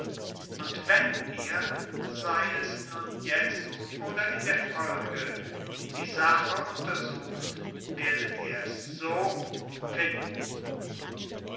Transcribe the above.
und wenn ihr sei es nun jetzt oder in der folge die sache untersucht werdet ihr es so finden